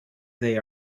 they